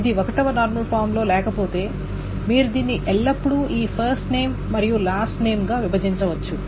ఇది 1 వ నార్మల్ ఫామ్లో లేకపోతే మీరు దీన్ని ఎల్లప్పుడూ ఈ ఫస్ట్ నేమ్ మరియు లాస్ట్ నేమ్ గా విభజించవచ్చు